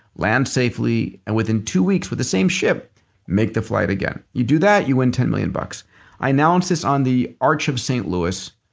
land safely and within two weeks with the same ship make the flight again. you do that, you win ten million bucks i announced this on the arch of st. louis,